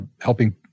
helping